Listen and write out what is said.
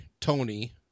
tony